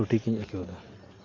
ᱥᱚᱴᱷᱤᱠᱤᱧ ᱟᱹᱭᱠᱟᱹᱣᱮᱫᱟ